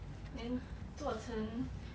then 做成